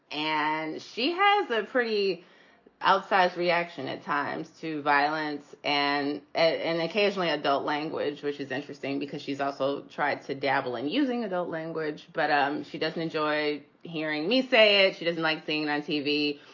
and she has a pretty outsized reaction at times to violence and and occasionally adult language, which is interesting because she's also tried to dabble in using adult language, but um she doesn't enjoy hearing me say ah she doesn't like thing on tv.